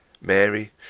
Mary